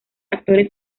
actores